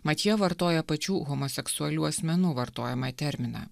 mat jie vartoja pačių homoseksualių asmenų vartojamą terminą